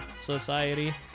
Society